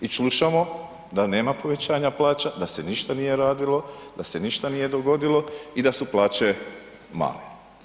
I slušamo da nema povećanja plaća, da se ništa nije radilo, da ništa nije dogodilo i da su plaće male.